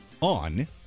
on